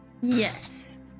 Yes